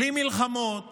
בלי מלחמות